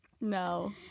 no